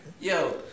Yo